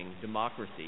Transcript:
democracy